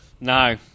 No